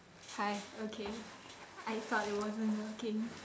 hi okay I thought it wasn't working